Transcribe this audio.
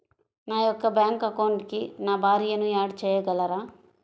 నా యొక్క బ్యాంక్ అకౌంట్కి నా భార్యని యాడ్ చేయగలరా?